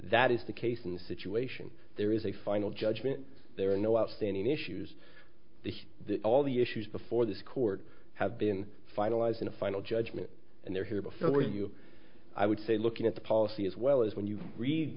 that is the case in the situation there is a final judgment there are no outstanding issues that all the issues before this court have been finalized in a final judgment and they're here before you i would say looking at the policy as well as when you read